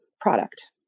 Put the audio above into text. product